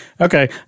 okay